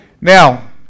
Now